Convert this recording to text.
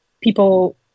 people